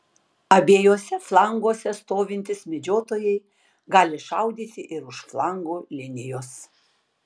abiejuose flanguose stovintys medžiotojai gali šaudyti ir už flangų linijos